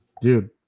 dude